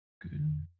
good